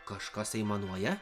kažkas aimanuoja